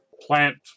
plant